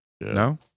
No